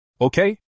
Okay